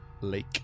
lake